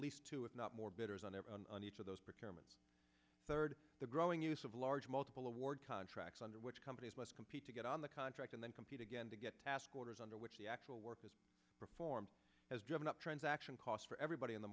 least two if not more bidders on everyone on each of retirements third the growing use of large multiple award contracts under which companies must compete to get on the contract and then compete again to get task orders under which the actual work is performed has driven up transaction costs for everybody in the